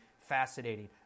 fascinating